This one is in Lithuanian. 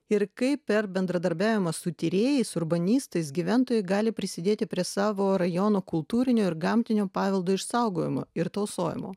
ir kaip per bendradarbiavimą su tyrėjais urbanistais gyventojai gali prisidėti prie savo rajono kultūrinio ir gamtinio paveldo išsaugojimo ir tausojimo